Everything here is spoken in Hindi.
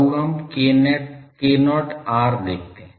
आओ हम k0 r देखते हैं